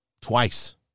twice